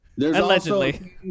Allegedly